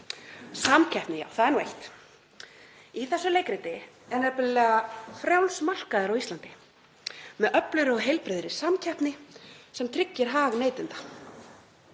Samkeppni, já, það er nú eitt. Í þessu leikriti er nefnilega frjáls markaður á Íslandi með öflugri og heilbrigðri samkeppni sem tryggir hag neytenda.